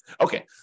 Okay